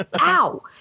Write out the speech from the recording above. ow